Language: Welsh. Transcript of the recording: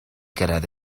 gyrraedd